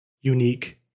unique